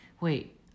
wait